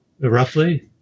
roughly